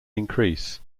increase